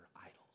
idols